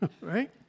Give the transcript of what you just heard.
Right